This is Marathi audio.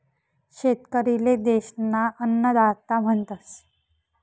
शेतकरी ले देश ना अन्नदाता म्हणतस